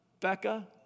Becca